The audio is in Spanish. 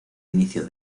inicio